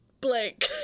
Blake